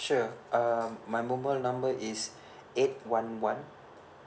sure um my mobile number is eight one one